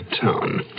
town